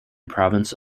province